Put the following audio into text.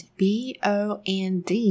b-o-n-d